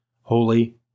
holy